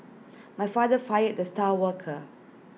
my father fired the star worker